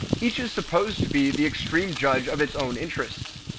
each is supposed to be the supreme judge of its own interests,